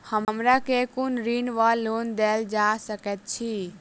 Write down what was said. हमरा केँ कुन ऋण वा लोन देल जा सकैत अछि?